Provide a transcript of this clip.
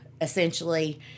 essentially